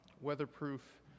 weatherproof